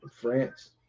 France